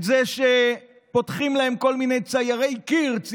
את זה שכל מיני ציירי קיר פותחים להם,